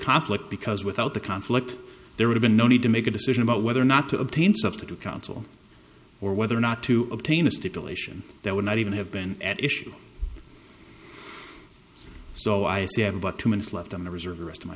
conflict because without the conflict there would've been no need to make a decision about whether or not to obtain substitute counsel or whether or not to obtain a stipulation that would not even have been at issue so i have about two minutes left in the reserve the rest of my